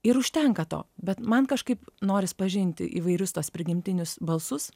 ir užtenka to bet man kažkaip noris pažinti įvairius tuos prigimtinius balsus